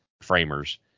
framers